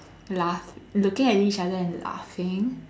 laugh looking at each other and laughing